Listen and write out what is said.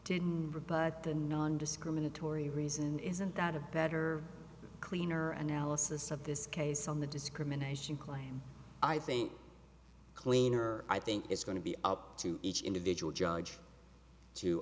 rebut the nondiscriminatory reason isn't that a better cleaner analysis of this case on the discrimination claim i think cleaner i think it's going to be up to each individual judge